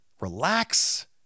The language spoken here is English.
relax